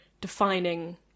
defining